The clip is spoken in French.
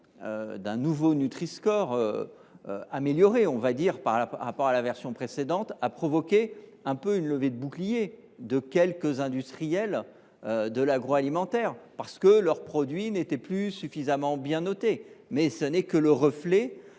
d’un nouveau Nutri score, amélioré par rapport à la version précédente, a provoqué une levée de boucliers de quelques industriels de l’agroalimentaire, leurs produits n’étant plus suffisamment bien notés. Pourtant, ce n’est que le reflet